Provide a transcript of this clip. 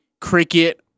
cricket